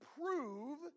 prove